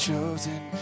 Chosen